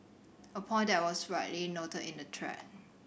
a point that was rightly noted in the